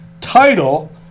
title